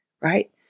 right